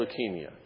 leukemia